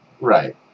Right